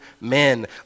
men